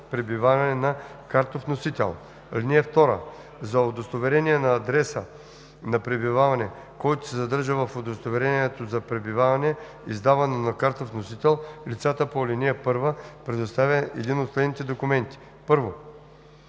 пребиваване на картов носител. (2) За удостоверяване на адреса на пребиваване, който се съдържа в удостоверението за пребиваване, издавано на картов носител, лицата по ал. 1 представят един от следните документи: 1.